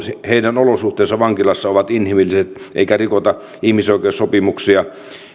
heidän olosuhteensa vankilassa ovat inhimilliset eikä rikota ihmisoikeussopimuksia